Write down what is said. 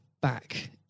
back